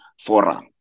Forum